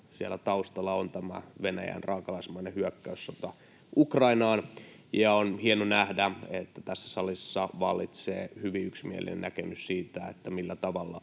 siellä taustalla on tämä Venäjän raakalaismainen hyökkäyssota Ukrainaan. On hienoa nähdä, että tässä salissa vallitsee hyvin yksimielinen näkemys siitä, millä tavalla